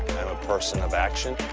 i'm a person of action.